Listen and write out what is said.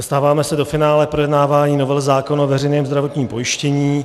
Dostáváme se do finále projednávání novely zákona o veřejném zdravotním pojištění.